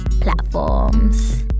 platforms